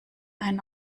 einen